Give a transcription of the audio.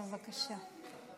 בבקשה.